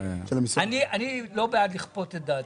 אני לא בעד לכפות את דעתי.